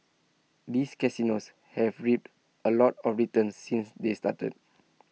this casinos have reaped A lot of returns since they started